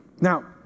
Now